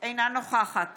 אינה נוכחת